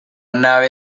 nave